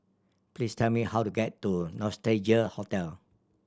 please tell me how to get to Nostalgia Hotel